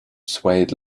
swayed